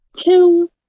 two